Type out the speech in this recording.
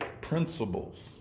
principles